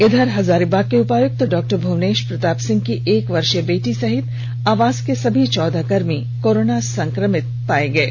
इधर हजारीबाग के उपायुक्त डॉ भुवनेश प्रताप सिंह की एक वर्षीय बेटी सहित आवास के चौदह कर्मी कोरोना संक्रमित पाए गए हैं